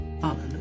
hallelujah